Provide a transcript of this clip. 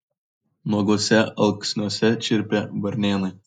nuoguose alksniuose čirpė varnėnai